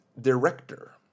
director